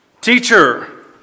Teacher